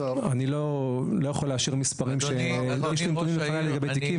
אני לא יכול לאשר מספרים בלי שהנתונים לפני לגבי תיקים,